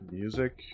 music